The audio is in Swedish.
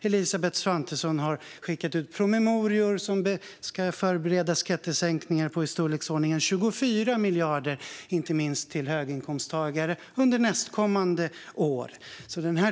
Elisabeth Svantesson har också skickat ut promemorior om att förbereda skattesänkningar på i storleksordningen 24 miljarder, inte minst för höginkomsttagare, under nästkommande år.